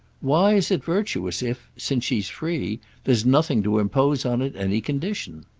why is it virtuous if since she's free there's nothing to impose on it any condition?